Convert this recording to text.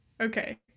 okay